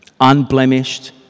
unblemished